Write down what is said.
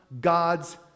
God's